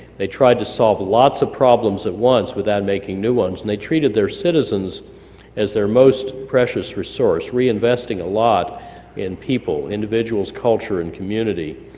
they tried to solve lots of problems at once without making new ones, and they treated their citizens as their most precious resource reinvesting a lot in people, individuals, culture, and community.